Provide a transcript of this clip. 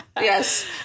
yes